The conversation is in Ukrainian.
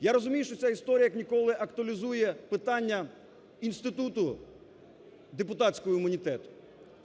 Я розумію, що ця історія, як ніколи, актуалізує питання інституту депутатського імунітету.